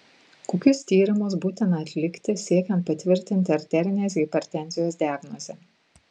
kokius tyrimus būtina atlikti siekiant patvirtinti arterinės hipertenzijos diagnozę